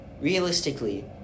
Realistically